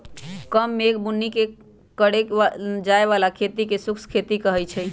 कम मेघ बुन्नी के करे जाय बला खेती के शुष्क खेती कहइ छइ